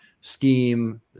scheme